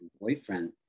boyfriend